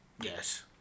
Yes